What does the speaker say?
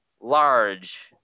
large